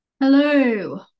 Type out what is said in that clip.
Hello